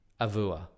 Avua